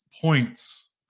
points